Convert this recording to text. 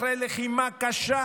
אחרי לחימה קשה?